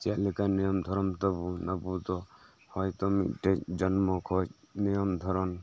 ᱪᱮᱜ ᱞᱮᱠᱟᱱ ᱱᱤᱭᱚᱢ ᱫᱷᱚᱨᱚᱢ ᱛᱟᱵᱚᱱ ᱟᱵᱚ ᱫᱚ ᱦᱚᱭᱛᱚ ᱢᱤᱜᱴᱮᱡ ᱡᱚᱱᱢᱚ ᱠᱷᱚᱡ ᱱᱤᱭᱚᱢ ᱫᱷᱚᱨᱚᱱ